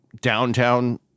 downtown